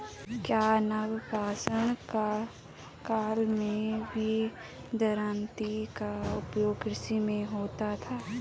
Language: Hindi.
क्या नवपाषाण काल में भी दरांती का उपयोग कृषि में होता था?